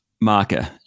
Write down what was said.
marker